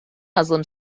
muslim